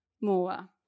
more –